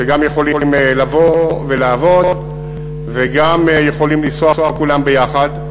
שגם יכולים לבוא ולעבוד וגם יכולים לנסוע כולם יחד.